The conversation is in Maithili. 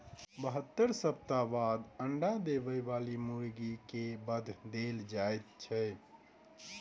बहत्तर सप्ताह बाद अंडा देबय बाली मुर्गी के वध देल जाइत छै